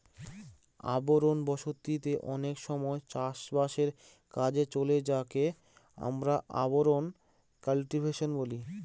urban বসতি তে অনেক সময় চাষ বাসের কাজে চলে যাকে আমরা আরবান কাল্টিভেশন বলি